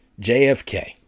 jfk